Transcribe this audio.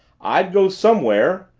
i'd go somewhere,